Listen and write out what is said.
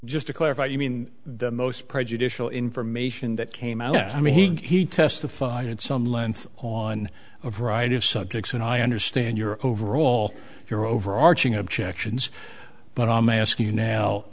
just to clarify you mean the most prejudicial information that came out i mean he testified at some length on a variety of subjects and i understand your overall your overarching objections but i'm asking